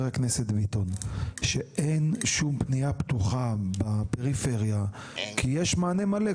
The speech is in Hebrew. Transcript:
הכנסת ביטון שאין שום פניה פתוחה בפריפריה כי יש מענה מלא,